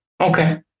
Okay